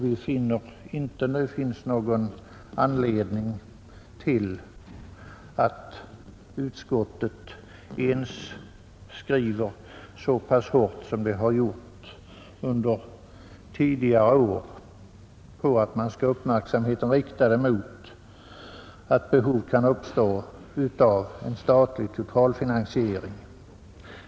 Vi finner därför inte någon anledning för utskottet att ens skriva så pass hårt som statsutskottet gjorde under tidigare år om att uppmärksamheten bör vara riktad på behovet av en statlig totalfinansiering.